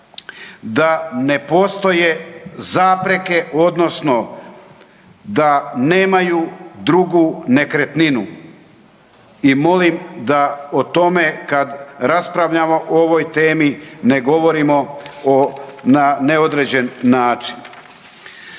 da ne postoje zapreke odnosno da nemaju drugu nekretninu i molim da o tome kad raspravljamo o ovoj temi, ne govorimo na neodređen način.